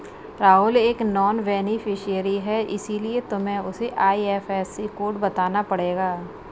राहुल एक non beneficiary है इसीलिए तुम्हें उसे आई.एफ.एस.सी कोड बताना पड़ेगा